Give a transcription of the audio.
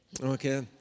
Okay